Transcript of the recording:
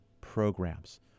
programs